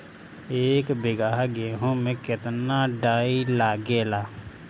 एक बीगहा गेहूं में केतना डाई लागेला?